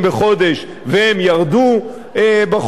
והם ירדו בחודש האחרון,